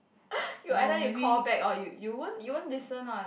you either you call back or you you won't you won't listen [what]